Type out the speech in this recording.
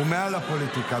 הוא מעל לפוליטיקה.